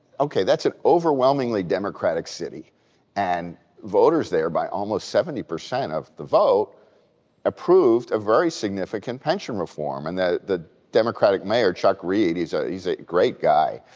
okay, that's an overwhelmingly democratic city and voters, thereby almost seventy percent of the vote approved a very significant pension reform and that the democratic mayor, chuck reid, he's ah he's a great guy.